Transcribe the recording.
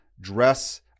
dress